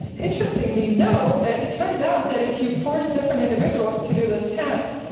interestingly no. it turns out that if you force different individuals to do this task,